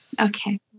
Okay